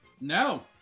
no